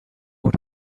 what